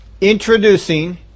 introducing